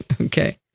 Okay